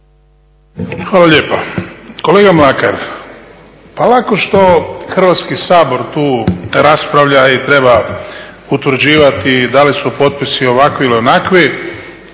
Hvala lijepa. Kolega Mlakar, pa lako što Hrvatski sabor tu raspravlja i treba utvrđivati da li su potpisi ovakvi ili onakvi